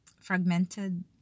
fragmented